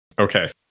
Okay